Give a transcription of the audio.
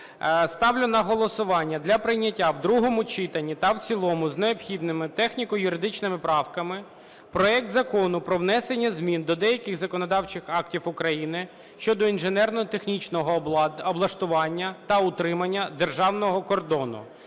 Ставлю на голосування для прийняття в другому читанні та в цілому з необхідними техніко-юридичними правками проект Закону про внесення змін до деяких законодавчих актів України щодо інженерно-технічного облаштування та утримання державного кордону